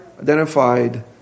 identified